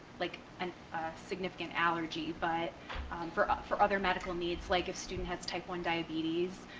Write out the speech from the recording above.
like a significant allergy. but for for other medical needs, like if student has type one diabetes,